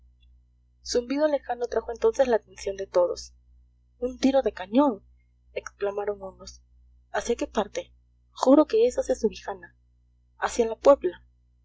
zumbido lejano atrajo entonces la atención de todos un tiro de cañón exclamaron unos hacia qué parte juro que es hacia subijana hacia la puebla